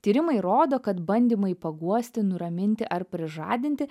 tyrimai rodo kad bandymai paguosti nuraminti ar prižadinti